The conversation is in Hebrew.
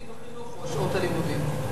תקציב החינוך או השעות המוקצות ללימודים.